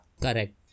Correct